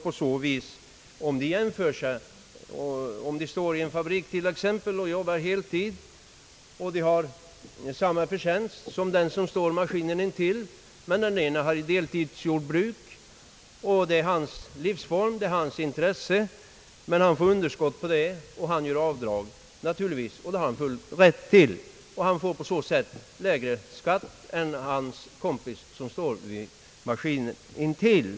Om deltidsjordbrukaren t.ex. står i en fabrik och arbetar heltid med samma förtjänst som den som står vid maskinen intill, så har den som har deltidsjordbruk — det är hans livsform, hans intresse — möjlighet att göra avdrag om han får underskott på jordbruket. Han får på så sätt lägre skatt än hans kompis vid maskinen intill.